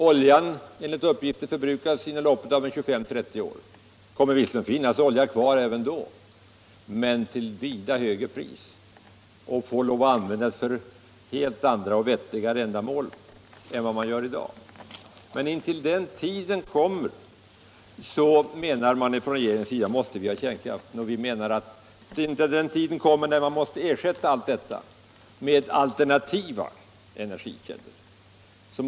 Oljan kommer enligt uppgifter att förbrukas inom loppet av 25-30 år. Det kommer visserligen att finnas olja kvar även då, men till vida högre pris, och den får då lov att användas för helt andra och nyttigare ändamål än i dag. Men regeringen menar att vi intill dess att den tiden är inne måste ha kärnkraft. Vi menar att man måste ha annat än kärnkraft intill dess att den tiden kommer då vi måste ersätta allt detta med alternativa energikällor.